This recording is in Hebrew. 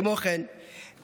כמו כן,